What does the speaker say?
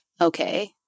okay